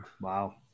Wow